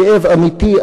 בכאב אמיתי,